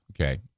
Okay